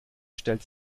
stellte